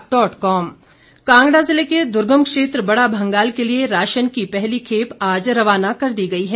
ration आपूर्ति कांगड़ा जिले के दुर्गम क्षेत्र बड़ा भंगाल के लिए राशन की पहली खेप आज रवाना कर दी गई है